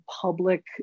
public